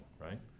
right